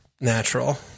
natural